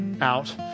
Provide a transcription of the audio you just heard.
out